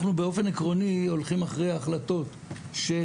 אנחנו באופן עקרוני הולכים אחרי ההחלטות של